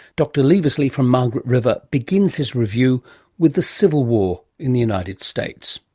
dr leavesley from margaret river begins his review with the civil war in the united states.